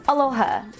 Aloha